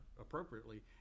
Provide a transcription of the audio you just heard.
appropriately